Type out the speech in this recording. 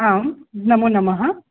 आं नमो नमः